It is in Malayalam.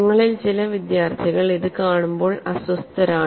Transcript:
നിങ്ങളിൽ ചില വിദ്യാർത്ഥികൾ ഇത് കാണുമ്പോൾ അസ്വസ്ഥരാണ്